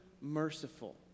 merciful